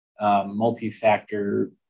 multi-factor